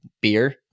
beer